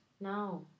No